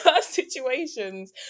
situations